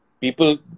People